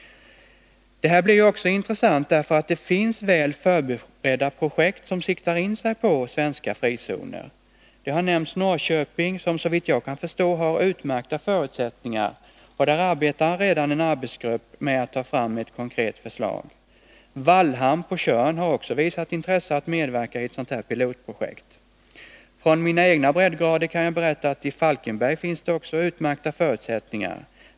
Intressant är också att det finns väl förberedda projekt som siktar in sig på svenska frizoner. Norrköping har nämnts och har, så vitt jag kan förstå, utmärkta förutsättningar. Där arbetar redan en arbetsgrupp med att ta fram ett konkret förslag. Wallhamn på Tjörn har också visat intresse för att medverkai ett pilotprojekt. Från mina egna breddgrader kan jag berätta att i Falkenberg finns det också utmärkta förutsättningar.